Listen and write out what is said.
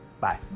Bye